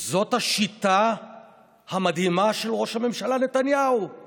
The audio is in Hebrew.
זאת השיטה המדהימה של ראש הממשלה נתניהו,